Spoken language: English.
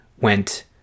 went